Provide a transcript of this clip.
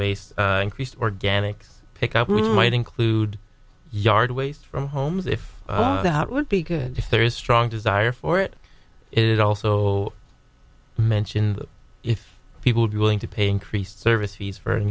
waste increased organics pick up might include yard waste from homes if that would be good if there is strong desire for it is also mentioned if people do willing to pay increased service fees for an